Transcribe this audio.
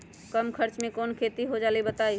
कम खर्च म कौन खेती हो जलई बताई?